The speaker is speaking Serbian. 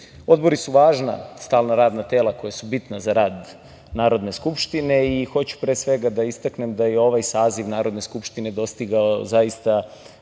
Srbije. Odbori su važna stalna radna tela koja su bitna za rad Narodne skupštine i hoću pre svega da istaknem da je ovaj saziv Narodne skupštine dostigao zaista